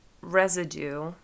residue